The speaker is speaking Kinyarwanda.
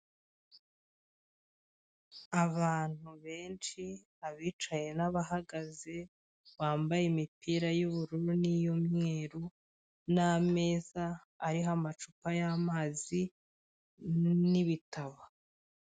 Abantu benshi abicaye n'abahagaze, bambaye imipira y'ubururu n'iy'umweru n'ameza ariho amacupa y'amazi n'ibitabo.